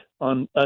on